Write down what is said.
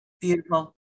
Beautiful